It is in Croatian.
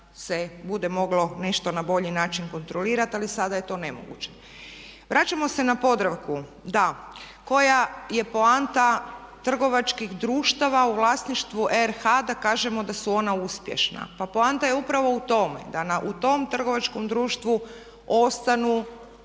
se bude moglo nešto na bolji način kontrolirati ali sada je to nemoguće. Vraćamo se na Podravku, koja je poanta trgovačkih društava u vlasništvu RH da kažemo da su ona uspješna? Pa poanta je upravo u tome da u tom trgovačkom društvu ostanu